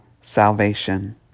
salvation